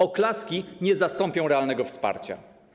Oklaski nie zastąpią realnego wsparcia.